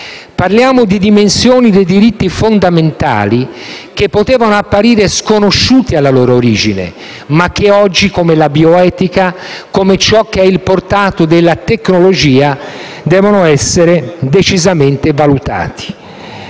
Parliamo di dimensioni dei diritti fondamentali che potevano apparire sconosciuti alla loro origine, ma che oggi, come la bioetica, come ciò che è il portato della tecnologia, devono essere decisamente valutati.